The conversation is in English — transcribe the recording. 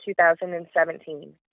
2017